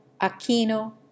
Aquino